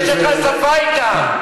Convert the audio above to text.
יש לך שפה אתם.